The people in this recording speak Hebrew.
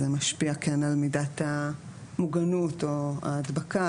אז זה משפיע כן על מידת המוגנות או ההדבקה.